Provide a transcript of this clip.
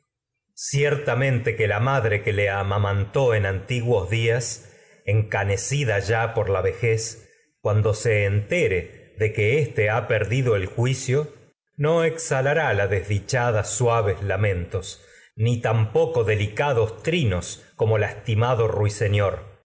ciertamente que la ma que le amamantó en antiguos días encanecida ya por la vejez cuando se no entere de que éste ha perdido el ni juicio exhalayá la desdichada como suaves lamentos tampoco que delicados trinos en lastimado de ruiseñor